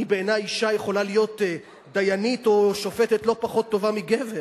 בעיני אשה יכולה להיות דיינית או שופטת לא פחות טובה מגבר.